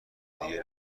دیگهای